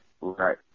Right